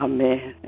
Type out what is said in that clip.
Amen